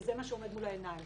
וזה מה שעומד לנגד העיניים,